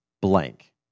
blank